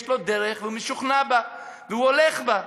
לו דרך והוא משוכנע בה והוא הולך בה.